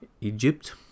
Egypt